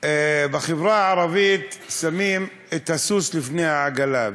בחברה הערבית שמים את הסוס לפני העגלה,